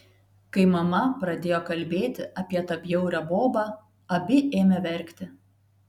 kai mama pradėjo kalbėti apie tą bjaurią bobą abi ėmė verkti